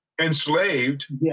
enslaved